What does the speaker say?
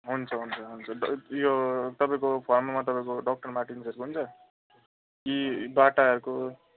हुन्छ हुन्छ हुन्छ द यो तपाईँको फर्मलमा तपाईँको डक्टर मार्टिनको थियो नि त कि बाटाको